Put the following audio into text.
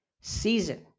season